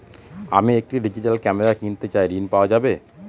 আমি একটি digital camera কিনতে চাই ঝণ পাওয়া যাবে?